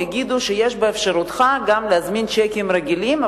יגידו שיש באפשרותך גם להזמין צ'קים רגילים.